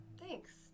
Thanks